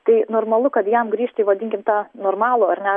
tai normalu kad jam grįžti į vadinkim tą normalų ar ne